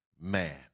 man